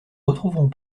retrouverons